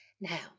Now